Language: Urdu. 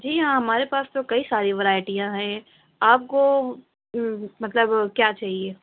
جی ہاں ہمارے پاس تو کئی ساری ورائیٹاں ہیں آپ کو مطلب کیا چاہیے